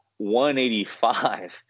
185